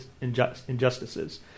injustices